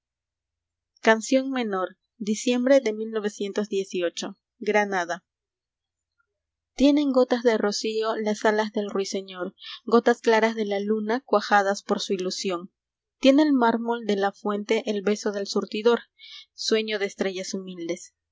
d iciem bre de gotas de rocío las alas del ruiseñor gotas claras de la luna uajadas por su ilusión tiene el mármol de la fuente beso del surtidor sueño de estrellas humildes